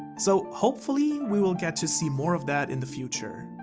so hopefully we will get to see more of that in the future.